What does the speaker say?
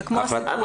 זה כמו הסיפוח.